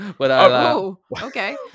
okay